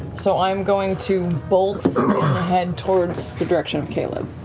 so i'm going to bolt ahead towards the direction of